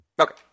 Okay